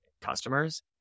customers